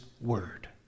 word